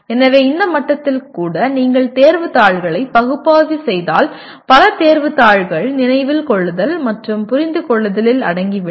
எனவே இந்த மட்டத்தில் கூட நீங்கள் தேர்வுத் தாள்களை பகுப்பாய்வு செய்தால் பல தேர்வுத் தாள்கள் நினைவில் கொள்ளுதல் மற்றும் புரிந்துகொள்ளுதலில் அடங்கிவிடும்